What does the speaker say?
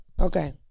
Okay